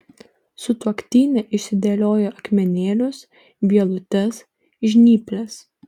sutuoktinė išsidėlioja akmenėlius vielutes žnyples